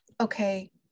okay